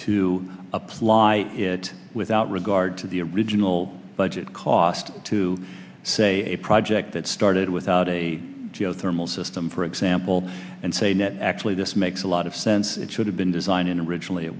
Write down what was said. to apply it without regard to the original budget cost to say a project that started without a geothermal system for example and say net actually this makes a lot of sense it should have been designed in originally it